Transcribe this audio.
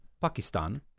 Pakistan